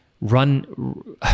run